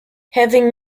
having